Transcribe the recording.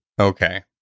Okay